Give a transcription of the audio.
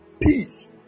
peace